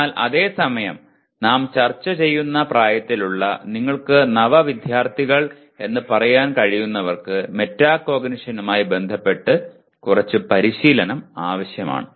എന്നാൽ അതേ സമയം നാം ചർച്ച ചെയ്യുന്ന പ്രായത്തിലുള്ള നിങ്ങൾക്ക് നവവിദ്യാർത്ഥികൾ എന്ന് പറയാൻ കഴിയുന്നവർക്ക് മെറ്റാകോഗ്നിഷനുമായി ബന്ധപ്പെട്ട് കുറച്ച് പരിശീലനം ആവശ്യമാണ്